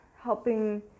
helping